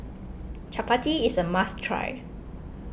Chappati is a must try